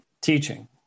teaching